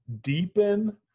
Deepen